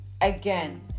again